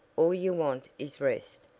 all you want is rest,